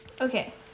Okay